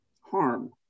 harm